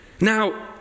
Now